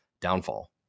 downfall